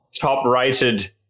top-rated